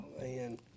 man